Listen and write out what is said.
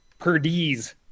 Perdiz